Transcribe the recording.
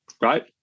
right